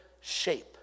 shape